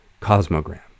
cosmogram